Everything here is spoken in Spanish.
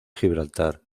gibraltar